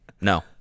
No